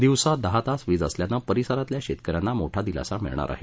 दिवसा दहा तास वीज असल्याने परिसरातील शेतक यांना मोठा दिलासा मिळणार आहे